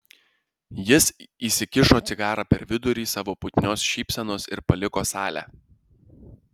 jis įsikišo cigarą per vidurį savo putnios šypsenos ir paliko salę